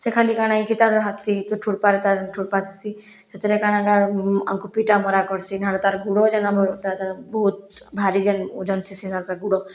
ସେ ଖାଲି କାଣା ହେଇକି ତା'ର ହାତୀ ତ ଥୋଡ଼ପାରେ ତା'ର ଥୋଡ଼ପା ଅସି ସେଥିରେ କାଣା କା ଆମକୁ ପିଟା ମରା କର୍ସି କାଁ ଯେ ତାର୍ ଗୁଡ଼ ଯେନ୍ ଆମର୍ ତା ତାର୍ ବହୁତ୍ ଭାରି ଯେନ୍ ଓଜନ୍ ଥିସି ତାର୍ ତାର୍ ଗୁଡ଼